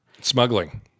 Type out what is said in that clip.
Smuggling